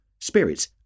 spirits